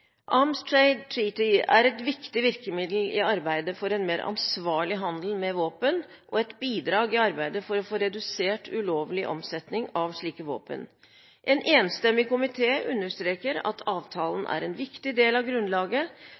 er et viktig virkemiddel i arbeidet for en mer ansvarlig handel med våpen og et bidrag i arbeidet for å få redusert ulovlig omsetning av slike våpen. En enstemmig komité understreker at avtalen er en viktig del av grunnlaget